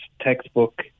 textbook